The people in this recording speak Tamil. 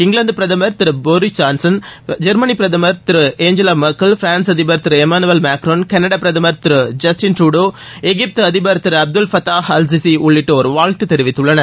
இங்கிலாந்து பிரதமர் திரு போரிஸ் ஜான்சன் ஜெர்மனி பிரதமர் திரு ஏஞ்சவா மெர்க்கல் பிரான்ஸ் அதிபர் திரு இமானுவேல் மேக்ரான் கனடா பிரதமர் திரு ஜஸ்டின் ட்ரூடோ எகிப்து அதிபர் திரு அப்துல் ஃபத்தாஹ் அல் சிசி உள்ளிட்டோர் வாழ்த்து தெரிவித்துள்ளனர்